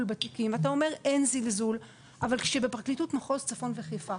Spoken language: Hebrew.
בתיקים אתה אומר שאין זלזול אבל שבפרקליטות מחוז צפון וחיפה,